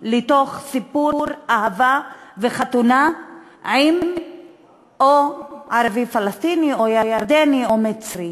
לתוך סיפור אהבה וחתונה או עם ערבי פלסטיני או ירדני או מצרי.